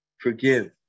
Forgive